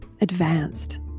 advanced